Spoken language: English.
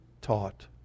taught